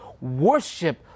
Worship